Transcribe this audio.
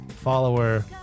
follower